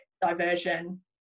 diversion